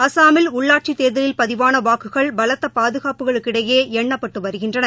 அசாமில் உள்ளாட்சிதேர்தலில் பதிவானவாக்குகள் பலத்தபாதுகாப்புக்கிடையேஎண்ணப்பட்டுவருகின்றன